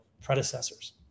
predecessors